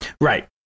Right